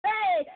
Hey